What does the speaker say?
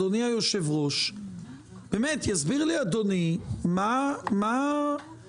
אדוני היושב ראש, יסביר לי אדוני מה הדחיפות.